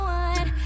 one